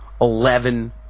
eleven